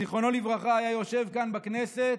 זיכרונו לברכה, היה יושב כאן בכנסת,